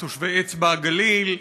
תושבי אצבע-הגליל,